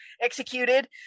executed